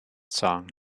song